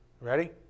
Ready